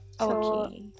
Okay